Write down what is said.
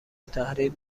التحریر